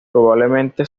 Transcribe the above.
probablemente